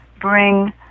bring